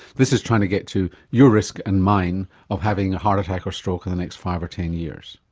this is trying to get to your risk and mine of having a heart attack or stroke in the next five or ten years.